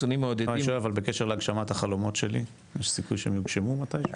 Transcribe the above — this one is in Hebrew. יש סיכוי שהם יוגשמו מתישהו?